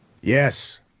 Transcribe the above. Yes